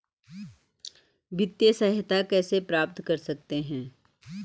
वित्तिय सहायता कैसे प्राप्त कर सकते हैं?